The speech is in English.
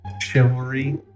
Chivalry